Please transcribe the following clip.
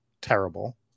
terrible